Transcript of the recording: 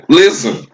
listen